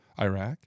Iraq